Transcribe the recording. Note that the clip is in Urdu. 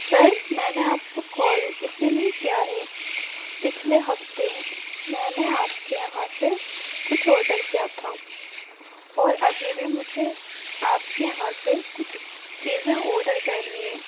سر میں نے آپ کو کال اسی لیے کیا ہے پچھلے ہفتے میں نے آپ کے یہاں سے کچھ آرڈر کیا تھا اور ابھی بھی مجھے آپ کے یہاں سے کچھ چیزیں آرڈر کرنی ہیں